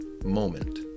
moment